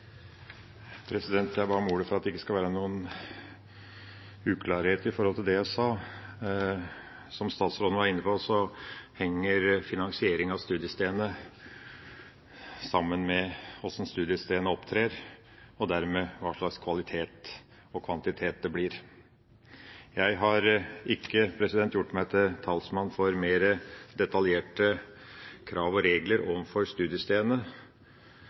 jeg sa. Som statsråden var inne på, henger finansieringa av studiestedene sammen med hvordan studiestedene opptrer, og dermed hva slags kvalitet og kvantitet det blir. Jeg har ikke gjort meg til talsmann for mer detaljerte krav og regler overfor studiestedene,